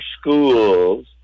schools